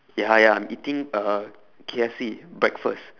ya ya I'm eating uh K_F_C breakfast